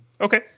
Okay